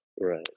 Right